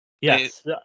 Yes